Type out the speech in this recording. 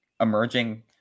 emerging